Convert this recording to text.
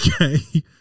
Okay